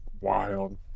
wild